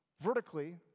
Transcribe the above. vertically